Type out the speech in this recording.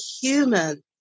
human